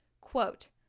Quote